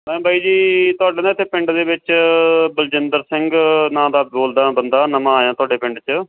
ਮੈ ਬਾਈ ਜੀ ਤੁਹਾਡਾ ਨਾ ਇੱਥੇ ਪਿੰਡ ਦੇ ਵਿੱਚ ਬਲਜਿੰਦਰ ਸਿੰਘ ਨਾਂ ਦਾ ਬੋਲਦਾ ਬੰਦਾ ਨਵਾਂ ਆਇਆ ਤੁਹਾਡੇ ਪਿੰਡ 'ਚ